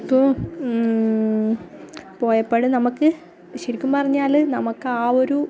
ഇപ്പോൾ പോയ പാ ട് നമുക്ക് ശരിക്കും പറഞ്ഞാൽ നമുക്ക് ആ ഒരു